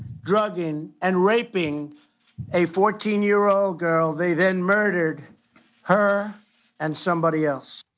drugging, and raping a fourteen year old girl they then murdered her and somebody else.